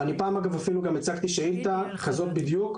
אני פעם הצגתי שאילתה כזאת בדיוק,